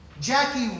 Jackie